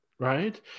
Right